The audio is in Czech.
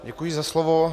Děkuji za slovo.